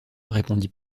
répondit